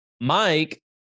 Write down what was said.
Mike